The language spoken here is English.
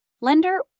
lender